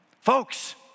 Folks